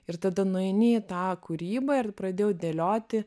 ir tada nueini į tą kūrybą ir pradėjau dėlioti